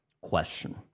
question